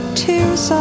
tears